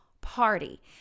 party